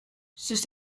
sus